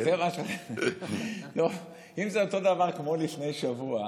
אם זה אותו דבר כמו לפני שבוע,